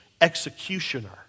executioner